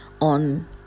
on